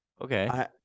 Okay